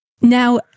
now